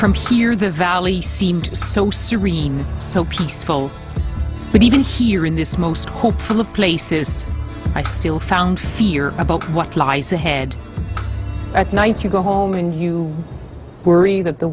from here the valley seemed so serene so peaceful but even here in this most hopeful of places i still found fear about what lies ahead at night you go home and you worry that the